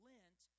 Lent